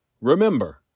Remember